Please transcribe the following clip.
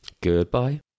Goodbye